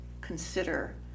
consider